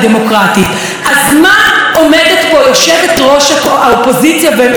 אז מה עומדת פה יושבת-ראש האופוזיציה ומסיתה